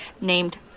named